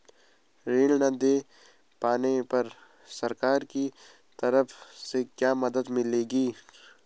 ऋण न दें पाने पर सरकार की तरफ से क्या मदद मिलेगी?